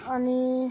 अनि